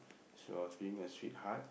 she was being a sweetheart